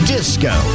Disco